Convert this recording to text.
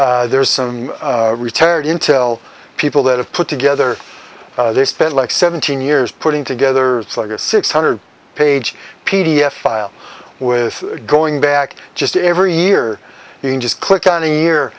it there are some retired intel people that have put together they spent like seventeen years putting together like a six hundred page p d f file with going back just every year you can just click on a year